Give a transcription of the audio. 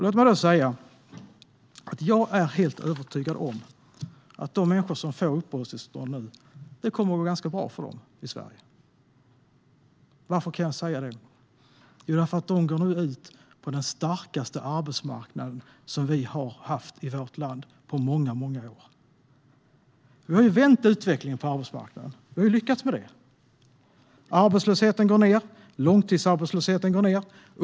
Låt mig då säga: Jag är helt övertygad om att det kommer att gå ganska bra i Sverige för de människor som nu får uppehållstillstånd. Varför kan jag säga det? Jo, för de går nu ut på den starkaste arbetsmarknad som vi har haft i vårt land på många år. Vi har vänt utvecklingen på arbetsmarknaden. Vi har lyckats med det. Arbetslösheten går ned. Långtidsarbetslösheten går ned.